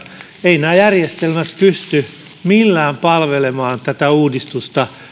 eivät nämä järjestelmät pysty millään palvelemaan tätä uudistusta